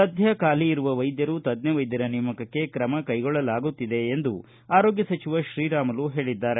ಸದ್ಯ ಬಾಲಿ ಇರುವ ವೈದ್ಯರು ತಜ್ಞ ವೈದ್ಯರ ನೇಮಕಕ್ಕೆ ತ್ರಮ ಕೈಗೊಳ್ಳಲಾಗುತ್ತಿದೆ ಎಂದು ಆರೋಗ್ಯ ಸಚಿವ ಶ್ರೀರಾಮುಲು ಹೇಳಿದ್ದಾರೆ